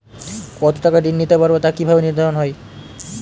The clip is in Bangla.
কতো টাকা ঋণ নিতে পারবো তা কি ভাবে নির্ধারণ হয়?